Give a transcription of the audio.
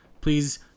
please